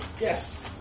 Yes